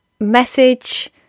message